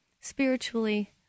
spiritually